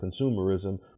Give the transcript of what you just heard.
consumerism